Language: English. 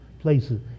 places